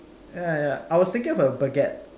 ya ya I was thinking of a baguette